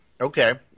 Okay